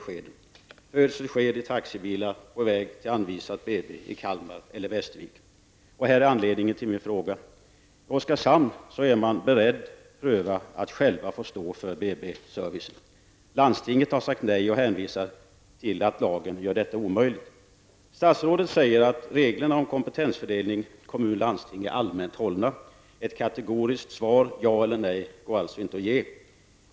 Födslar sker i taxibilar på väg till anvisat BB i Kalmar eller Västervik. Anledningen till min fråga är följande. I Oskarshamn är man beredd att pröva att själv stå för BB-servicen. Landstinget har sagt nej och hänvisar till att lagen gör detta omöjligt. Statsrådet säger att reglerna om kompetensfördelning mellan kommun och landsting är allmänt hållna. Ett kategoriskt svar ja eller nej går alltså inte att ge.